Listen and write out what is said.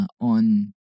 on